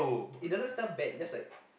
it doesn't smell bad it's just like